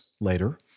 later